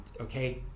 okay